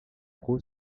pro